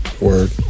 Word